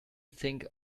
think